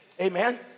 amen